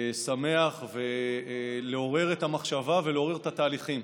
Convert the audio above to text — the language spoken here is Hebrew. שמח לעורר את המחשבה ולעורר את התהליכים.